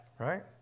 Right